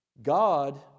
God